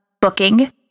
booking